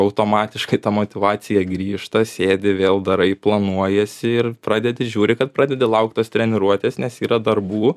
automatiškai ta motyvacija grįžta sėdi vėl darai planuojiesi ir pradedi žiūri kad pradedi laukt tos treniruotės nes yra darbų